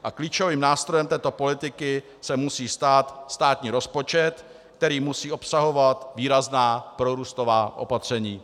A klíčovým nástrojem této politiky se musí stát státní rozpočet, který musí obsahovat výrazná prorůstová opatření.